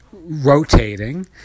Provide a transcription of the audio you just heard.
Rotating